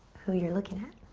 who you're looking at.